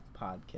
podcast